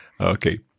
Okay